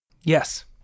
Yes